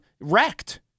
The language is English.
wrecked